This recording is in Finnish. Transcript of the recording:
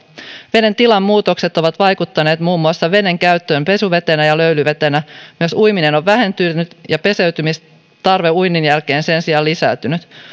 veden tilan muutokset ovat vaikuttaneet muun muassa veden käyttöön pesuvetenä ja löylyvetenä myös uiminen on vähentynyt ja peseytymistarve uinnin jälkeen sen sijaan lisääntynyt